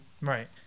Right